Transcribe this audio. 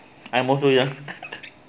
I'm also ya